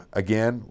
again